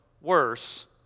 worse